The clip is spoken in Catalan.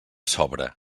sobre